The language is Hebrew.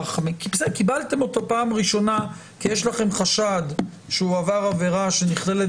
קיבלתם אותו פעם ראשונה כי יש לכם חשד שהוא עבר עבירה שנכללת